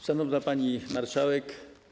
Szanowna Pani Marszałek!